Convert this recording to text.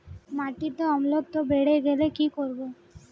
মাটিতে অম্লত্ব বেড়েগেলে কি করব?